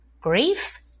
Grief